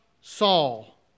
Saul